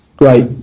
Right